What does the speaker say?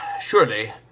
surely